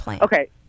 Okay